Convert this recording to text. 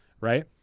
right